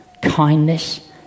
Kindness